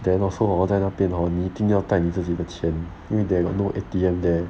then also hor 在那边 hor 你一定要带你自己的钱因为 they got no A_T_M there